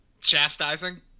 Chastising